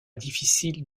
difficile